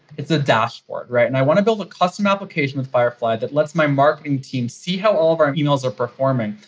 it's a dashboard and i want to build a custom application with firefly that lets my marketing team see how all of our e-mails are performing,